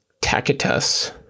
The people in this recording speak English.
Tacitus